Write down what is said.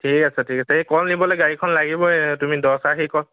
ঠিক আছে ঠিক আছে এই কল নিবলৈ গাড়ীখন লাগিবই তুমি দহ আষি কল